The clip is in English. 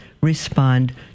respond